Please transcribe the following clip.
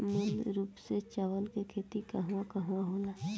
मूल रूप से चावल के खेती कहवा कहा होला?